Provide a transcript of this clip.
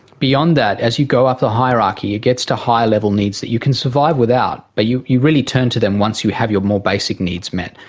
beyond that, as you go up the hierarchy it gets to higher-level needs that you can survive without but you you really turn to them once you have your more basic needs met.